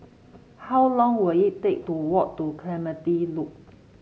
how long will it take to walk to Clementi Loop